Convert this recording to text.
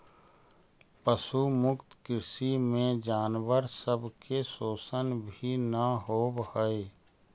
पशु मुक्त कृषि में जानवर सब के शोषण भी न होब हई